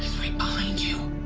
behind you!